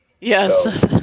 Yes